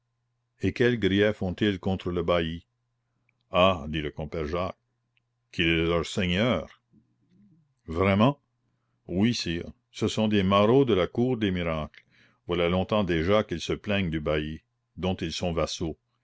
et quels griefs ont-ils contre le bailli ah dit le compère jacques qu'il est leur seigneur vraiment oui sire ce sont des marauds de la cour des miracles voilà longtemps déjà qu'ils se plaignent du bailli dont ils sont vassaux